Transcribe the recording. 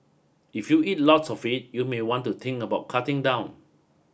if you eat lots of it you may want to think about cutting down